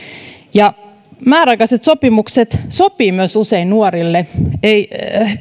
määräaikaiset sopimukset sopivat myös usein nuorille